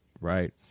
right